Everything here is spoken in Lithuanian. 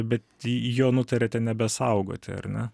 bet jo nutarėte nebesaugoti ar ne